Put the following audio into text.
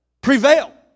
prevail